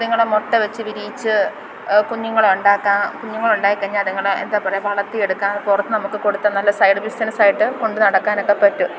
അതുങ്ങളെ മുട്ട വെച്ചു വിരിയിച്ചു കുഞ്ഞുങ്ങളെ ഉണ്ടാക്കാം കുഞ്ഞുങ്ങളുണ്ടായി കഴിഞ്ഞാൽ അതുങ്ങളെ എന്താ പറയുക വളർത്തിയെടുക്കാൻ പുറത്തു നമുക്ക് കൊടുത്താൽ നല്ല സൈഡ് ബിസിനസ്സായിട്ട് കൊണ്ടു നടക്കാനൊക്കെ പറ്റും